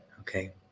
okay